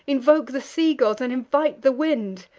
invoke the sea gods, and invite the wind.